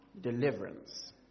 deliverance